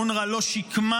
אונר"א לא שיקמה,